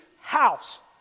house